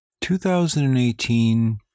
2018